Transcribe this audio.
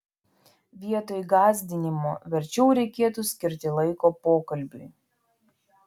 vietoj gąsdinimo verčiau reikėtų skirti laiko pokalbiui